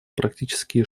практические